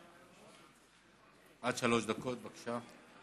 עד שלוש דקות, בבקשה.